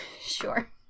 Sure